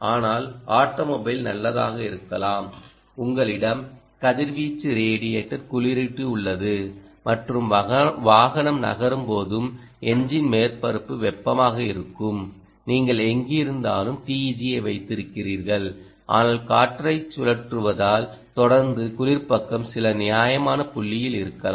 ஆனால் ஆட்டோமொபைல் நல்லதாக இருக்கலாம் உங்களிடம் கதிர்வீச்சு ரேடியேட்டர் குளிரூட்டி உள்ளது மற்றும் வாகனம் நகரும் போதும் என்ஜின் மேற்பரப்பு வெப்பமாக இருக்கும் நீங்கள் எங்கிருந்தாலும் TEG ஐ வைத்திருக்கிறீர்கள் ஆனால் காற்றை சுழற்றுவதால் தொடர்ந்து குளிர் பக்கம் சில நியாயமான புள்ளியில் இருக்கலாம்